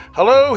Hello